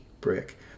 brick